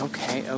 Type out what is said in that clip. Okay